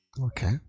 Okay